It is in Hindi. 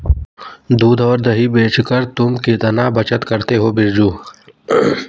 दूध और दही बेचकर तुम कितना बचत करते हो बिरजू?